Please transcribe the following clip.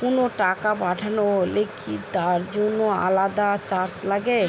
কোনো টাকা পাঠানো হলে কি তার জন্য আলাদা চার্জ লাগে?